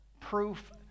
proof